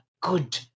good